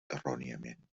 erròniament